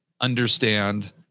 understand